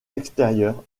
extérieur